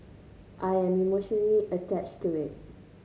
I am emotionally attached to it